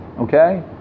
okay